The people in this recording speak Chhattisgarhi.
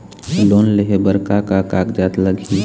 लोन लेहे बर का का कागज लगही?